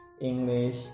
English